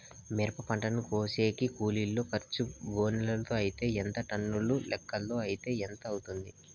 మిరప పంటను కోసేకి కూలోల్ల ఖర్చు గోనెలతో అయితే ఎంత టన్నుల లెక్కలో అయితే ఎంత అవుతుంది?